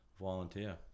volunteer